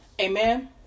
Amen